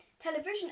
Television